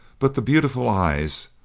but the beautiful eyes,